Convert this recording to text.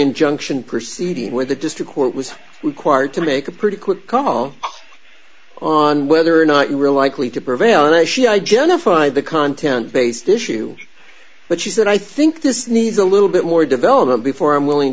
injunction proceeding where the district court was required to make a pretty quick call on whether or not you were likely to prevail in a she identified the content based issue but she said i think this needs a little bit more development before i'm willing